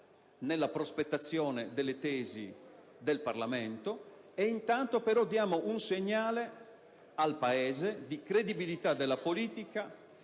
nella prospettazione delle tesi del Parlamento e, intanto, inviamo un segnale al Paese di credibilità della politica